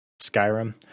Skyrim